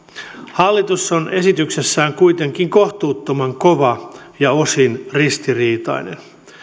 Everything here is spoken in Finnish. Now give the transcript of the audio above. hallitus on esityksessään kuitenkin kohtuuttoman kova ja osin ristiriitainen